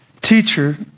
Teacher